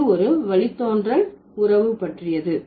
இது ஒரு வழித்தோன்றல் உறவு பற்றியது